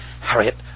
Harriet